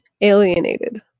alienated